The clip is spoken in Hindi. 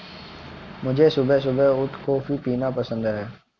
मुझे सुबह सुबह उठ कॉफ़ी पीना पसंद हैं